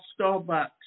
Starbucks